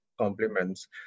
compliments